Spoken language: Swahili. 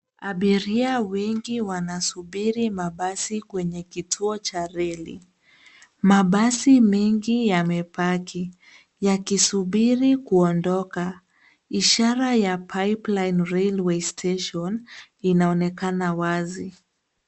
Abiria wengi wanasubiri mabasi kwenye kituo cha reli. Mabasi mengi yamepaki yakisubiri kuondoka. Ishara ya Pipeline Railways Station inaonekana wazi.